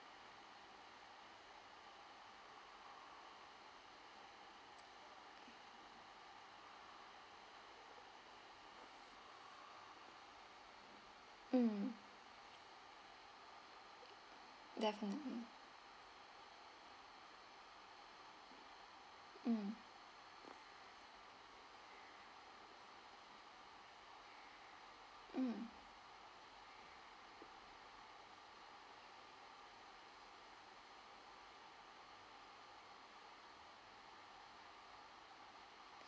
mm definitely mm mm